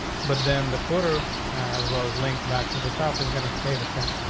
but then the footer, as well as link back to the top, is gonna stay the same.